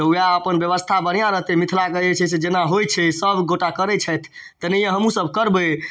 तऽ वएह अपन बेबस्था बढ़िआँ रहतै मिथिलाके जे छै से जेना होइ छै सबगोटा करै छथि तेनाहिए हमहूँसब करबै